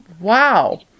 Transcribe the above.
Wow